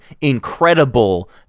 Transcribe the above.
incredible